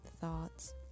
thoughts